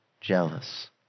jealous